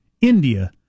India